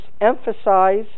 emphasize